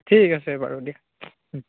ঠিক আছে বাৰু দিয়া